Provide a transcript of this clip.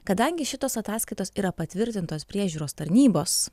kadangi šitos ataskaitos yra patvirtintos priežiūros tarnybos